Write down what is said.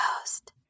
Ghost